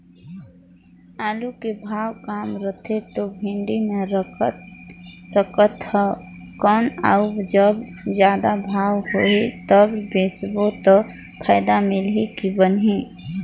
आलू के भाव कम रथे तो मंडी मे रख सकथव कौन अउ जब जादा भाव होही तब बेचबो तो फायदा मिलही की बनही?